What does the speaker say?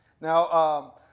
Now